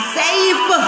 safe